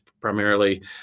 primarily